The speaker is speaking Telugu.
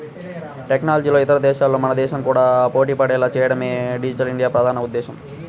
టెక్నాలజీలో ఇతర దేశాలతో మన దేశం కూడా పోటీపడేలా చేయడమే డిజిటల్ ఇండియా ప్రధాన ఉద్దేశ్యం